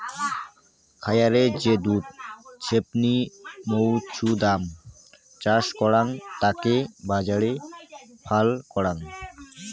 খায়ারে যে দুধ ছেপনি মৌছুদাম চাষ করাং তাকে বাজারে ফাল করাং